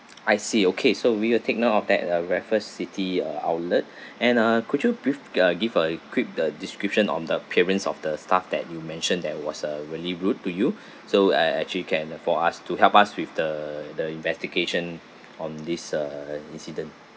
I see okay so we will take note of that uh raffles city uh outlet and uh could you brief uh give a quick the description on the appearance of the staff that you mentioned that was uh really rude to you so I actually can for us to help us with the the investigation on this uh uh uh incident